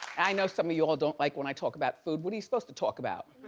i know some of you all don't like when i talk about food. what are you supposed to talk about?